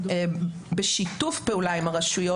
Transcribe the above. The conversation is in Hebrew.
בשיתוף פעולה עם הרשויות,